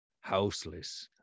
houseless